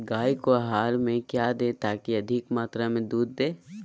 गाय को आहार में क्या दे ताकि अधिक मात्रा मे दूध दे?